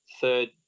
third